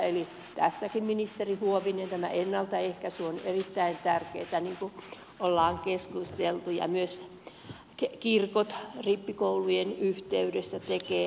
eli tässäkin ministeri huovinen tämä ennaltaehkäisy on erittäin tärkeätä niin kuin ollaan keskusteltu ja myös kirkot rippikoulujen yhteydessä näin tekevät